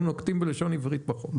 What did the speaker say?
אנחנו נוקטים בלשון עברית בחוק.